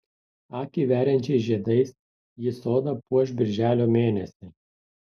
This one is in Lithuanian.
akį veriančiais žiedais ji sodą puoš birželio mėnesį